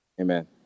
Amen